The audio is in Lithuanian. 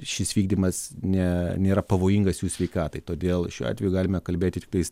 šis vykdymas ne nėra pavojingas jų sveikatai todėl šiuo atveju galime kalbėti tiktais